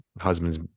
husband's